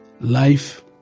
Life